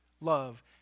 love